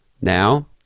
Now